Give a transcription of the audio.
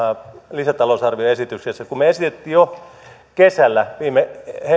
lisätalousarvioesityksessä me esitimme jo kesällä viime